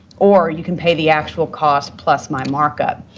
or you can pay the actual cost plus my markup.